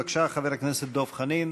בבקשה, חבר הכנסת דב חנין.